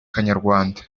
kanyarwanda